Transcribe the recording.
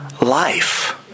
life